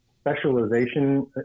specialization